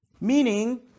Meaning